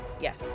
Yes